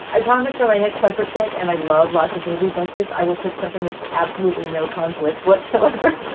i promise for my next comfort pick and i love lots of movies like this, i will pick something with absolutely no conflict whatsoever.